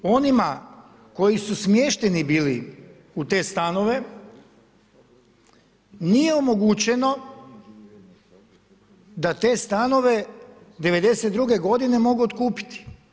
Oni koji su smješteni bili u te stanove nije omogućeno da te stanove 1992. godine mogu otkupiti.